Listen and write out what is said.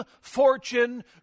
fortune